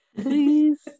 Please